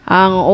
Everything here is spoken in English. ang